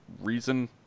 reason